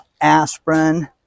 aspirin